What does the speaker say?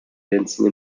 dancing